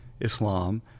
Islam